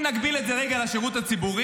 אם נקביל את זה רגע לשירות הציבורי,